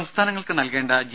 സംസ്ഥാനങ്ങൾക്ക് നൽകേണ്ട ജി